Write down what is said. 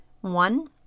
one